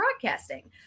broadcasting